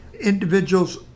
individuals